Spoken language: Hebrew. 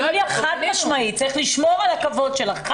יוליה, חד משמעית צריך לשמור על הכבוד שלך.